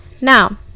now